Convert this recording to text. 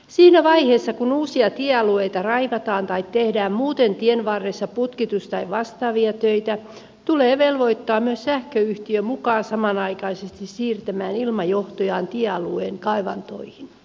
siinä vaiheessa kun uusia tiealueita raivataan tai tehdään muuten tienvarressa putkitus tai vastaavia töitä tulee velvoittaa myös sähköyhtiö mukaan samanaikaisesti siirtämään ilmajohtojaan tiealueen kaivantoihin